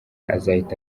azahita